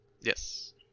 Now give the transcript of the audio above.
Yes